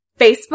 facebook